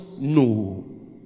No